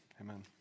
Amen